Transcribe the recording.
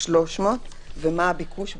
300 ומה הביקוש בפועל.